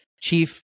Chief